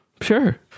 Sure